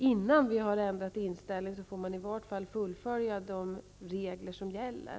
Innan vi har ändrat inställning får man i varje fall följa de regler som gäller.